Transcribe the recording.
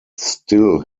still